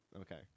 Okay